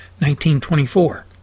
1924